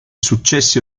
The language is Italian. successi